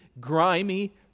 grimy